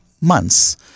months